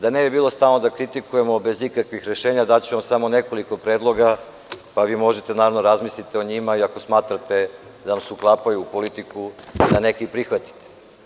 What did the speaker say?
Da ne bi bilo da stalno kritikujemo bez ikakvih rešenja daću vam samo nekoliko predloga, a vi možete naravno da razmislite o njima i ako smatrate da vam se uklapaju u politiku, da neki prihvatite.